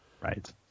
Right